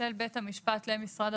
בסעיף